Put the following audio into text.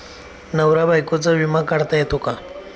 नवरा बायकोचा विमा काढता येतो का?